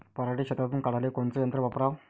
पराटी शेतातुन काढाले कोनचं यंत्र वापराव?